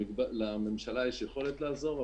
לממשלה יש יכולת לעזור,